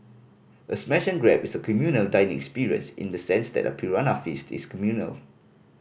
a smash and grab is a communal dining experience in the sense that a piranha feast is communal